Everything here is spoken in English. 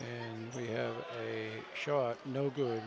and we have a shot no good